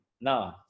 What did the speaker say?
No